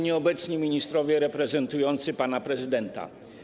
Nieobecni Ministrowie reprezentujący pana prezydenta!